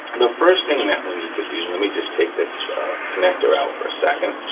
the first thing that we need to do, let me just take this connector out for a second.